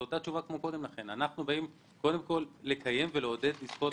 זו אותה תשובה כמו קודם לכן - אנחנו באים לקיים ולעודד עסקאות